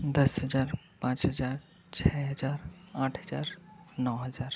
दस हज़ार पाँच हज़ार छ हज़ार आठ हज़ार नौ हज़ार